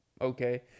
Okay